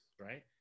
right